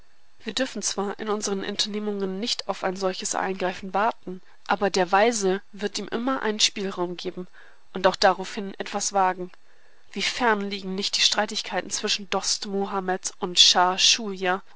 wir dürfen zwar in unseren unternehmungen nicht auf ein solches eingreifen warten aber der weise wird ihm immer einen spielraum geben und auch daraufhin etwas wagen wie fern liegen nicht die streitigkeiten zwischen dost muhammed und